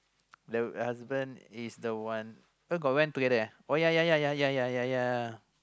the husband is the one where got one together oh ya ya ya ya